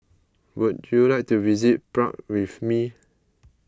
would you like to visit Prague with me